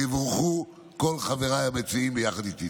ויבורכו כל חבריי המציעים ביחד איתי.